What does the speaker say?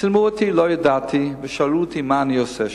צילמו אותי, לא ידעתי, ושאלו אותי מה אני עושה שם.